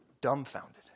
dumbfounded